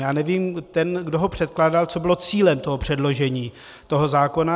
Já nevím, ten, kdo ho předkládal, co bylo cílem předložení toho zákona.